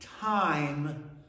time